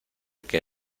que